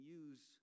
use